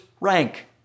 rank